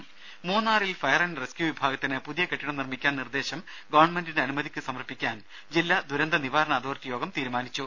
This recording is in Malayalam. രുദ മൂന്നാറിൽ ഫയർ ആന്റ് റെസ്ക്യു വിഭാഗത്തിനു പുതിയ കെട്ടിടം നിർമിക്കാൻ നിർദേശം ഗവൺമെന്റിന്റെ അനുമതിക്കു സമർപ്പിക്കാൻ ജില്ലാ ദുരന്ത നിവാരണ അതോറിറ്റി യോഗം തീരുമാനിച്ചു